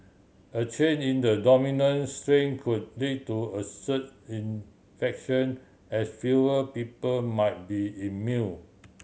a change in the dominant strain could lead to a surge infection as fewer people might be immune